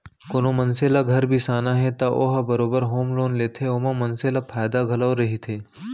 कोनो मनसे ल घर बिसाना हे त ओ ह बरोबर होम लोन लेथे ओमा मनसे ल फायदा घलौ रहिथे